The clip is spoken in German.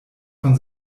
von